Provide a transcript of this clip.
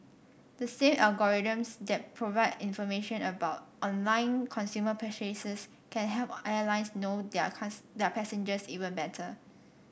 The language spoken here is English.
the same algorithms that provide information about online consumer purchases can help airlines know their their passengers even better